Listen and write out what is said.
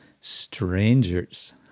strangers